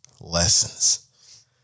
lessons